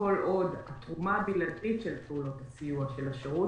כל עוד התרומה הבלעדית של פעולות הסיוע של השירות,